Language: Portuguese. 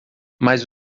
mas